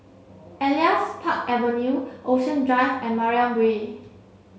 Elias Park Avenue Ocean Drive and Mariam Way